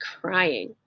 crying